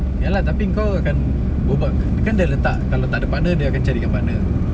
ya lah tapi engkau akan berbual kan dia letak kalau tak ada partner dia akan cari yang partner